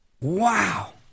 Wow